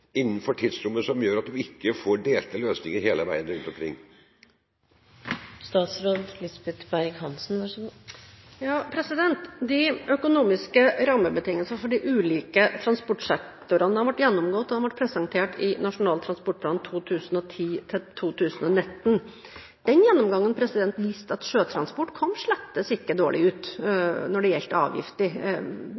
innenfor tidsrommet – som gjør at en ikke får delte løsninger? De økonomiske rammebetingelsene for de ulike transportsektorene har blitt gjennomgått, og de ble presentert i Nasjonal transportplan 2010–2019. Den gjennomgangen viste at sjøtransport slett ikke kom dårlig ut